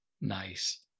Nice